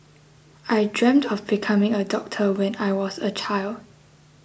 I dreamt of becoming a doctor when I was a child